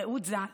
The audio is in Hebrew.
רעות ז"ל